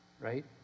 Right